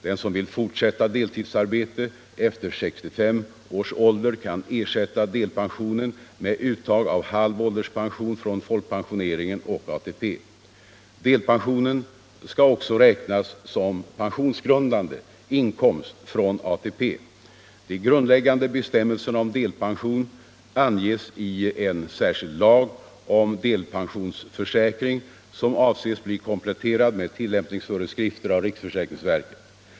Den som vill fortsätta deltidsarbete efter 65 års ålder kan ersätta delpensionen med uttag av halv ålderspension från folkpensioneringen och ATP. Delpensionen skall också räknas som pensionsgrundande inkomst från ATP. De grundläggande bestämmelserna om delpension anges i en särskild lag om delpensionsförsäkring som avses bli kompletterad med tillämpningsföreskrifter av riksförsäkringsverket.